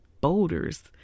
boulders